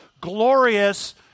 glorious